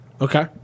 Okay